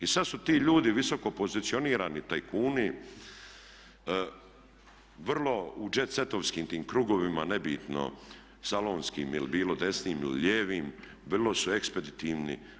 I sad su ti ljudi visoko pozicionirani tajkuni vrlo u jet setovskim tim krugovima nebitno salonskim ili bilo desnim ili lijevim vrlo su ekspeditivni.